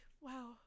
wow